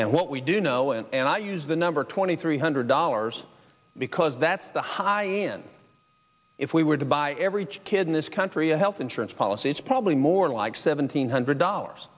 and what we do know and i use the number twenty three hundred dollars because that's the high end if we were to buy every kid in this country a health insurance policy it's probably more like seventeen hundred dollars